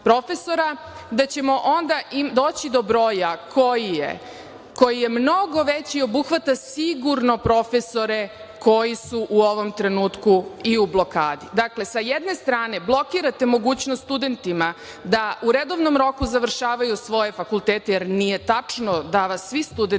da ćemo onda doći do broja koji je mnogo veći i obuhvata sigurno profesore koji su u ovom trenutku i u blokadi. Dakle, sa jedne strane blokirate mogućnost studentima da u redovnom roku završavaju svoje fakultete, jer nije tačno da vas svi studenti